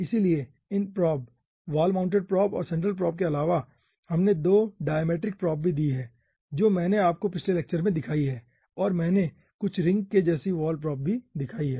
इसलिए इन probe wall mounted probe और सेंट्रल प्रोब के अलावा हमने 2 डायमेट्रिक प्रोब भी दी है जो मैंने आपको पिछले लेक्चर में दिखाई है और मैंने कुछ रिंग के जैसी वॉल प्रोब भी दिखाई है